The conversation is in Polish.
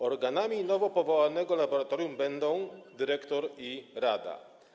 Organami nowo powołanego laboratorium będą dyrektor i rada.